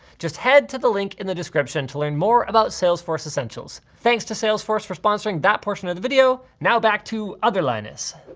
just head to the link in the description to learn more about salesforce essentials. thanks to salesforce for sponsoring that portion of the video, now back to other linus.